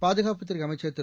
பாதுகாப்புத் துறை அமைச்சர் திரு